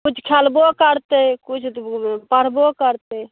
किछु खेलबो करतै किछु पढ़बो करतै